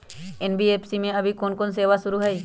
NBFC में अभी कोन कोन सेवा शुरु हई?